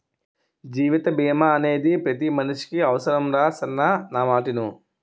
జీవిత బీమా అనేది పతి మనిసికి అవుసరంరా సిన్నా నా మాటిను